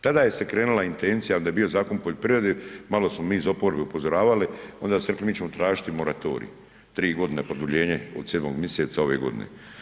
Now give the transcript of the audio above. Tada je se krenula intencija da je bio Zakon o poljoprivredi, malo smo mi iz oporbe upozoravali, onda ste rekli mi ćemo tražiti moratorij, 3 godine produljenje od 7. mj. ove godine.